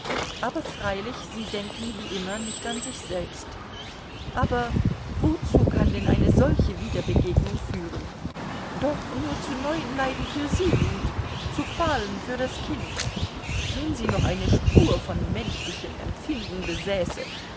aber freilich sie denken wie immer nicht an sich selbst aber wozu kann denn eine solche wiederbegegnung führen doch nur zu neuen leiden für sie und zu qualen für das kind wenn sie noch eine spur von menschlichem empfinden besäße